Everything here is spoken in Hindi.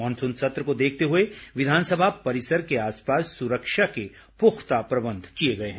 मॉनसून सत्र को देखते हुए विधानसभा परिसर के आसपास सुरक्षा के पुख्ता प्रबंध किए गए हैं